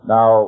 Now